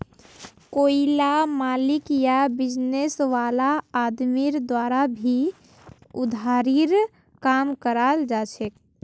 कोईला मालिक या बिजनेस वाला आदमीर द्वारा भी उधारीर काम कराल जाछेक